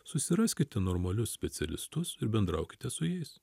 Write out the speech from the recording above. susiraskite normalius specialistus ir bendraukite su jais